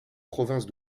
province